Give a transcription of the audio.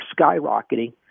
skyrocketing